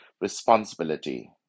responsibility